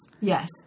Yes